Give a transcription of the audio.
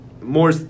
more